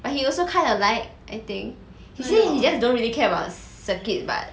but he also kind of like I think he say he just don't really care about circuit but